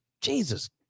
Jesus